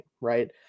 Right